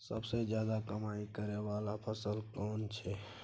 सबसे ज्यादा कमाई करै वाला फसल कोन छै?